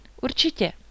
Určitě